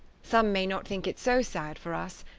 some may not think it so sad for us,